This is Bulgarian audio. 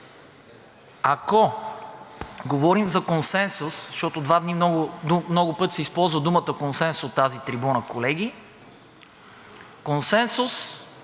Ако говорим за консенсус, защото два дни много пъти се използва думата консенсус от тази трибуна, колеги, консенсус